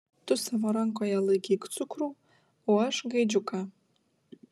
tu savo rankoje laikyk cukrų o aš gaidžiuką